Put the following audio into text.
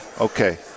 okay